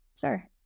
Sure